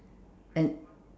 and